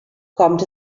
kommt